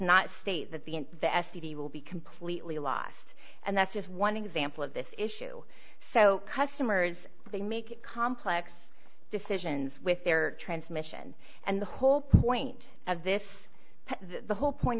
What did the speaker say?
not state that the in the s t b will be completely lost and that's just one example of this issue so customers they make complex decisions with their transmission and the whole point of this the whole point